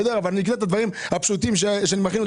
אבל אני אקנה את הדברים הפשוטים שאני מכין בסלט שלי.